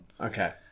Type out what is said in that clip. Okay